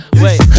wait